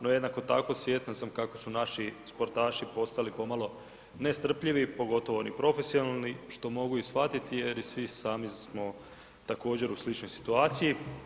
No jednako tako svjestan sam kako su naši sportaši postali pomalo nestrpljivi, pogotovo oni profesionalni što mogu shvatiti jer i svi sami smo također u sličnoj situaciji.